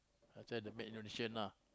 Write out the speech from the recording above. last time the maid Indonesian lah